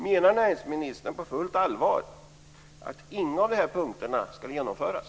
Menar näringsministern på fullt allvar att ingen av punkterna ska genomföras?